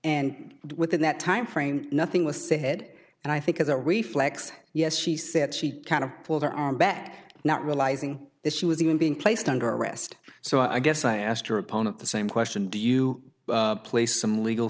and within that timeframe nothing was said and i think as a reflex yes she said she kind of pulled her arm back not realizing that she was even being placed under arrest so i guess i asked her opponent the same question do you play some legal